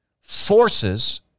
forces